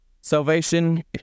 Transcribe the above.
Salvation